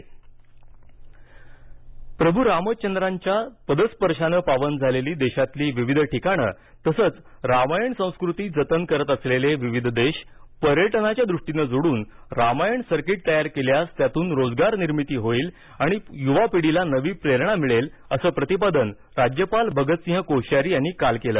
राज्यपाल प्रभू रामचंद्रांच्या पदस्पर्शाने पावन झालेली देशातली विविध ठिकाण तसंच रामायण संस्कृती जतन करत असेलेले विविध देश पर्यटनाच्या दृष्टीने जोडून रामायण सर्कीट तयार केल्यास त्यातून रोजगार निर्मिती होईल आणि युवा पिढीला नवी प्रेरणा मिळेल असं प्रतिपादन राज्यपाल भगतसिंह कोश्यारी यांनी काल केलं